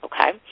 Okay